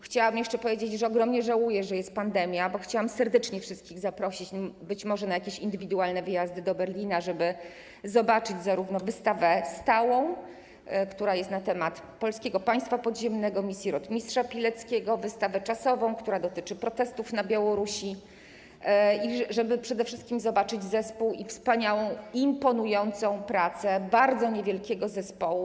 Chciałam jeszcze powiedzieć, że ogromnie żałuję, że jest pandemia, bo chciałam serdecznie wszystkich zaprosić być może na jakieś indywidualne wyjazdy do Berlina, żeby zobaczyć zarówno wystawę stałą, która jest na temat Polskiego Państwa Podziemnego, misji rotmistrza Pileckiego, jak i wystawę czasową, która dotyczy protestów na Białorusi, i żeby przede wszystkim zobaczyć zespół i wspaniałą, imponującą pracę bardzo niewielkiego zespołu.